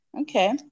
okay